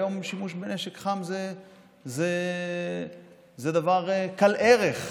היום שימוש בנשק חם זה דבר קל ערך,